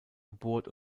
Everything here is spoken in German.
gebohrt